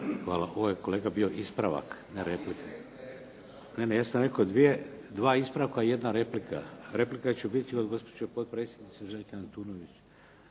Hvala. Ovo je kolega bio ispravak, ne replika. … /Upadica se ne čuje./… Ne, ne, ja sam rekao dva ispravka i jedna replika. Replika će biti od gospođe potpredsjednice Željke Antunović.